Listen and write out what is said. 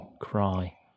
cry